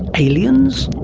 aliens,